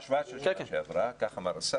השוואה של שנה שעברה, כך אמר השר.